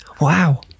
Wow